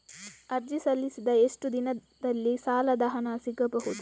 ಅರ್ಜಿ ಸಲ್ಲಿಸಿದ ಎಷ್ಟು ದಿನದಲ್ಲಿ ಸಾಲದ ಹಣ ಸಿಗಬಹುದು?